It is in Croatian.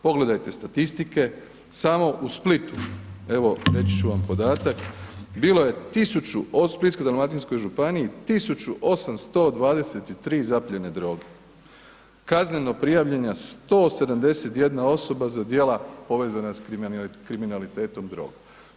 Pogledajte statistike, samo u Splitu, evo reći ću vam podatak u Splitsko-dalmatinskoj županiji 1823 zaplijene droge, kazneno prijavljena 171 osoba za djela povezana s kriminalitetom droge.